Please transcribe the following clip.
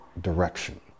direction